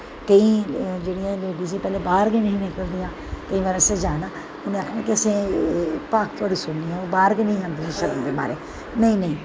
केईं जेह्ड़ियां लेडिस जेह्ड़ियां पैह्लें बाह्र गै नेईं हियां निकलदियां ते केईं बारी असें जाना उ'नें आखना कि भाख तोआड़ी सुननी ऐ बाह्र गै नेईंं हियां आंदियां शर्म दे मारें नेईं नेईं